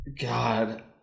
God